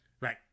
Right